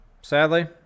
sadly